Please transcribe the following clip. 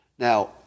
Now